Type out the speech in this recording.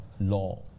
law